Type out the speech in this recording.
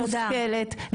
מושכלת,